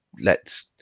lets